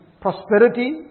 prosperity